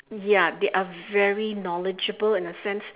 ya they are very knowledgeable in a sense